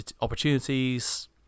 opportunities